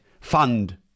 fund